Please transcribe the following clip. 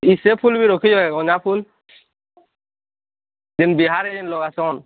କି ସେ ଫୁଲ୍ ବି ରଖିଛ ଗେନ୍ଦା ଫୁଲ୍ ଯେନ୍ ବିହାରେ ଯେନ୍ ଲଗାସନ୍